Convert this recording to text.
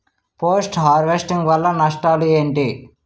Post harvesting వల్ల నష్టాలు ఏంటి?